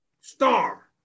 Star